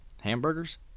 hamburgers